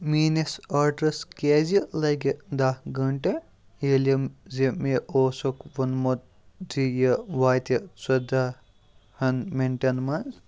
میٛٲنِس آڈرَس کیٛازِ لَگہِ دَہ گھٲنٛٹہٕ ییٚلہِ زِ مےٚ اوسُکھ ووٚنمُت زِ یہِ واتہِ ژۄدَاہَن مِنٹَن منٛز